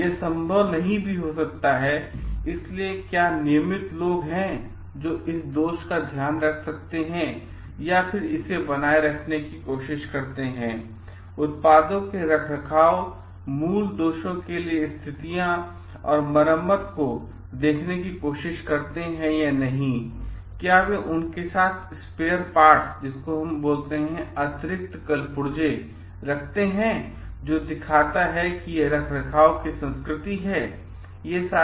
यह संभव नहीं भी हो सकता है इसलिए क्या नियमित लोग हैं जो इस दोष का ध्यान रख सकते हैं और फिर इसे बनाए रखने की कोशिश करते हैं उत्पादों के रखरखाव मूल दोषों के लिए स्थितियां और मरम्मत को देखने की कोशिश करते हैं क्या वे उनके साथ स्पेयर पार्ट्स रखते हैं जो दिखाता है कि यह रखरखाव संस्कृति की तरह है